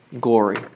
glory